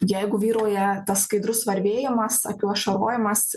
jeigu vyrauja tas skaidrus varvėjimas akių ašarojimas